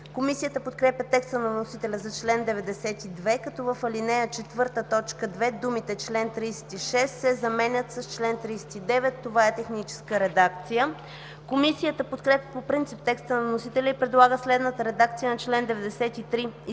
Комисията подкрепя текста на вносителя за чл. 92, като в ал. 4, т. 2 думите „чл. 36” се заменят с „чл. 39”. Това е техническа редакция. Комисията подкрепя по принцип текста на вносителя и предлага следната редакция на чл. 93: